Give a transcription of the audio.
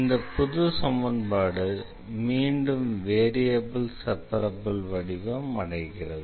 இந்த புது சமன்பாடு மீண்டும் வேரியபிள் செப்பரப்பிள் வடிவம் அடைகிறது